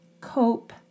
Cope